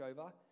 over